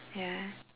ya